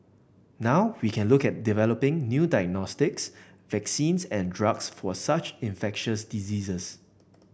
now we can look at developing new diagnostics vaccines and drugs for such infectious diseases